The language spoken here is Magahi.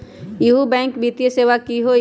इहु बैंक वित्तीय सेवा की होई?